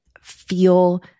feel